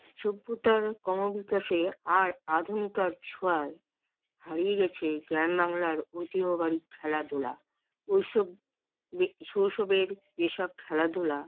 সভ্যতার ক্রমবিকাশে আর আধুনিকতার ছোঁয়ায় হারিয়ে গিয়েছে গ্রাম বাংলার ঐতিহ্যবাহি খেলাধুলা ওইসব শৈশবের যেসব খেলাধুলা